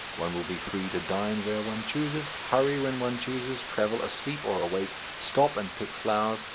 one will be free to dine where one chooses, hurry when one chooses, travel asleep or awake, stop and pick flowers,